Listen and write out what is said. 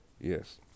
Yes